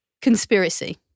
conspiracy